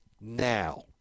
now